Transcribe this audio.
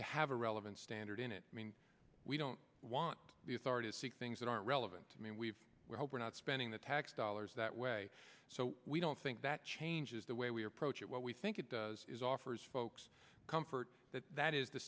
to have a relevant standard in it i mean we don't want the authorities see things that aren't relevant i mean we've we're not spending the tax dollars that way so we don't think that changes the way we approach it what we think it does is offers folks comfort that that is the